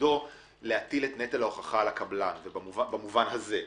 תפקידו להטיל את נטל ההוכחה על הקבלן במובן הזה,